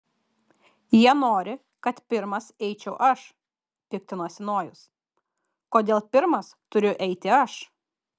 jie nori kad pirmas eičiau aš piktinosi nojus kodėl pirmas turiu eiti aš